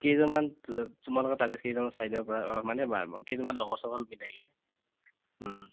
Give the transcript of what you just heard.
কেইজনমান তোমালোকৰ তাৰে কেইজন চাইডৰপৰা মানে কেইজনমান লগৰ চগৰ মিলাই কিনে